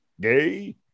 Gay